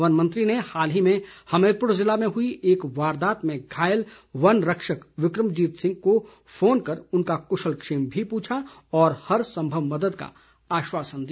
one मंत्री ने हाल ही में हमीरपुर ज़िला में हुई एक वारदात में घायल वन रक्षक विक्रमजीत सिंह को फोन कर उनका कुशलक्षेम भी पूछा तथा हरसंभव मदद का आश्वासन दिया